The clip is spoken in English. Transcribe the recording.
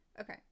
okay